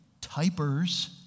typers